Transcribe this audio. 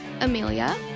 Amelia